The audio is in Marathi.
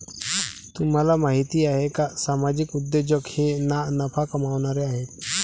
तुम्हाला माहिती आहे का सामाजिक उद्योजक हे ना नफा कमावणारे आहेत